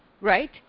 Right